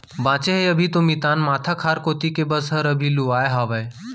बांचे हे अभी तो मितान माथा खार कोती के बस हर लुवाय हावय